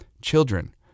Children